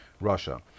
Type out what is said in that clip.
Russia